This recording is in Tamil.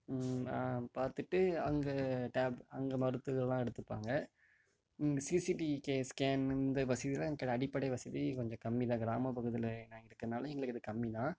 பார்த்துட்டு அங்கே அங்கே மருந்துகள்லாம் எடுத்துப்பாங்க இங்கே சிசிடிவி ஸ்கேன் இந்த வசதிலாம் அடிப்படை வசதி கொஞ்சம் கம்மிதான் கிராம பகுதியில் நாங்கள் இருக்கிறதுனால எங்களுக்கு அது கம்மி தான்